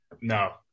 No